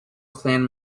clan